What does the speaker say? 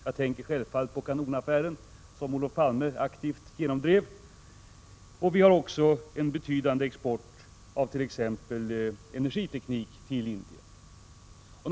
Jag tänker självklart på kanonaffären, som Olof Palme aktivt genomdrev. Vi har också en betydande export av t.ex. energiteknik till Indien.